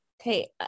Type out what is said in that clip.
Okay